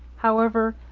however,